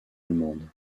allemande